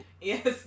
Yes